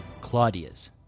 Claudia's